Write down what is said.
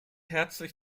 herzlich